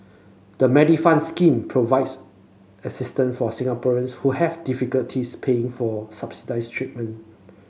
the Medifund scheme provides assistance for Singaporeans who have difficulties paying for subsidized treatment